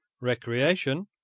recreation